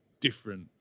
different